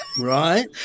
Right